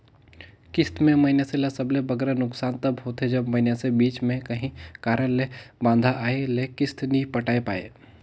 किस्त में मइनसे ल सबले बगरा नोसकान तब होथे जब मइनसे बीच में काहीं कारन ले बांधा आए ले किस्त नी पटाए पाए